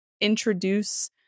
introduce